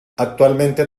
actualmente